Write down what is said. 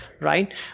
right